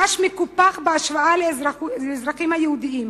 חש מקופח בהשוואה לאזרחים היהודים,